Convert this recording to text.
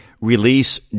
release